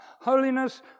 Holiness